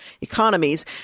economies